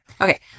okay